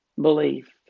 belief